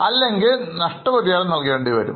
അല്ലെങ്കിൽ നഷ്ടപരിഹാരം നൽകേണ്ടിവരും